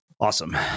Awesome